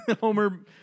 Homer